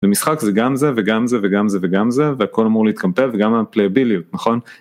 במשחק זה גם זה, וגם זה, וגם זה, וגם זה, והכל אמור להתקמפל, וגם הפלייביליות נכון?